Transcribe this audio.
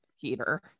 Peter